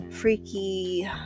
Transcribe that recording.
Freaky